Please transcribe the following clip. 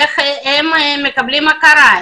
איך הם מקבלים הכרה,